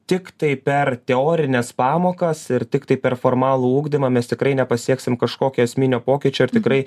tiktai per teorines pamokas ir tiktai per formalų ugdymą mes tikrai nepasieksim kažkokio esminio pokyčio ar tikrai